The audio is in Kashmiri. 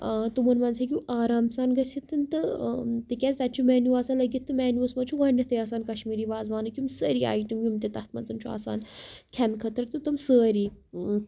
تِمَن منٛز ہیٚکِو آرام سان گٔژھِتھ تہٕ تِکیٛازِ تَتہِ چھُ میٚنوٗ آسان لٔگِتھ تہٕ مینیوٗوَس منٛز چھُ گۄڈنٮ۪تھٕے آسان کَشمیٖری وازوانٕکۍ تِم سٲری آیٹَم یِم تہِ تَتھ منٛز چھُ آسان کھٮ۪نہٕ خٲطرٕ تہٕ تِم سٲری